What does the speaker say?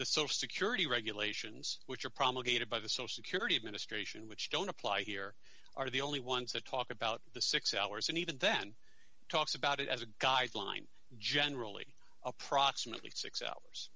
the social security regulations which are promulgated by the so security administration which don't apply here are the only ones that talk about the six hours and even then talks about it as a guideline generally approximately six hours